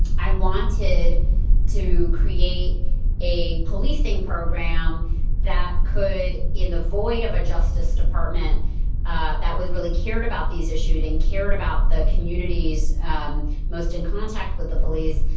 i wanted to create a policing program that could, in the void of a justice department ah that was really cared about these issues and cared about the communities um most in contact with the police,